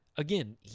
Again